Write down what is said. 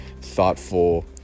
thoughtful